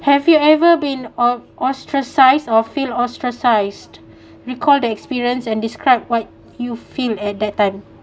have you ever been on ostracise or feel ostracised recall the experience and describe what you feel at that time